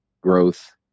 growth